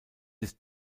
ist